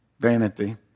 Vanity